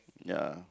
ya